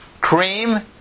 Cream